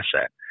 asset